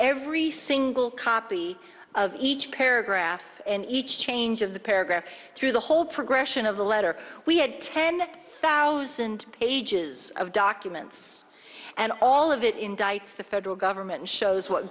every single copy of each paragraph and each change of the paragraph through the whole progression of the letter we had ten thousand pages of documents and all of it indicts the federal government shows what